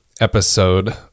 episode